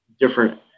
different